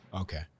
okay